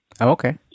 okay